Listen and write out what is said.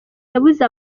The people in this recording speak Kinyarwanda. yabuze